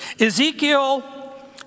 Ezekiel